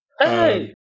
Hey